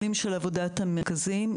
של עבודת המרכזים.